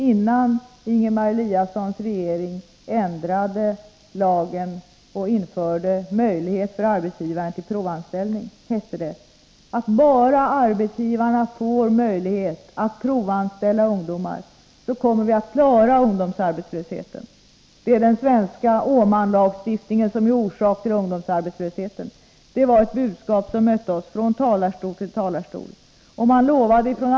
Innan Ingemar Eliassons regering ändrade lagen och införde möjlighet för arbetsgivaren att tillämpa provanställning av ungdomar hette det att om bara arbetsgivaren fick denna möjlighet, skulle vi klara ungdomsarbetslösheten. Den svenska Åmanlagstiftningen sades vara orsak till ungdomsarbetslösheten. Det var det budskap som mötte oss från talarstol till talarstol.